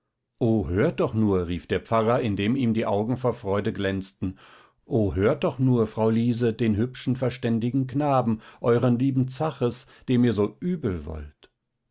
hört doch nur rief der pfarrer indem ihm die augen vor freude glänzten o hört doch nur frau liese den hübschen verständigen knaben euren lieben zaches dem ihr so übelwollt